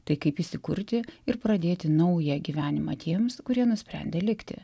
tai kaip įsikurti ir pradėti naują gyvenimą tiems kurie nusprendė likti